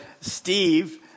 Steve